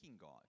God